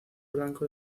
blanco